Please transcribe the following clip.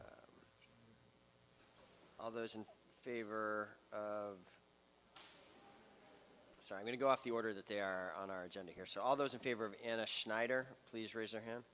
all those in favor of this i'm going to go off the order that they are on our agenda here so all those in favor of anna schneider please raise your hand